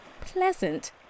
pleasant